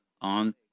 on